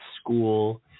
school